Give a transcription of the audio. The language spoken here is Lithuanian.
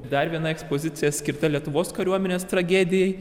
dar viena ekspozicija skirta lietuvos kariuomenės tragedijai